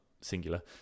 singular